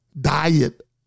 diet